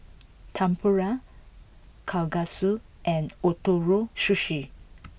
Tempura Kalguksu and Ootoro Sushi